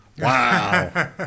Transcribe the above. Wow